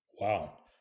Wow